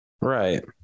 Right